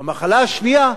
והמחלה השנייה,